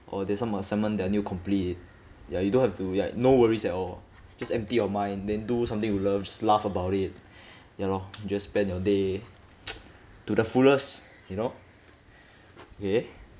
or there's some assignment that I need to complete ya you don't have to ya no worries at all just empty your mind then do something you loves just laugh about it ya loh just spend your day to the fullest you know okay